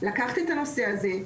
לקחת את הנושא הזה,